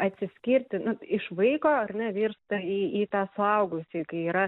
atsiskirti iš vaiko ar ne virsta į į tą suaugusį kai yra